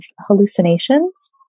hallucinations